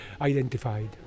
identified